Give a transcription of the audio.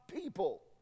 people